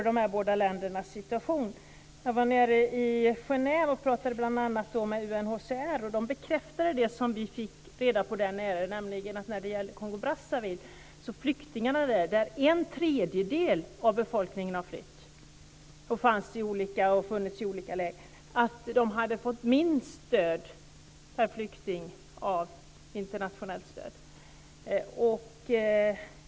Då jag var i Genève pratade jag bl.a. med UNHCR, som bekräftade det som vi fått reda på där nere. I Kongo-Brazzaville har en tredjedel av befolkningen flytt. Dessa flyktingar har fått minst internationellt stöd per flykting.